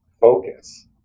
focus